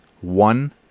one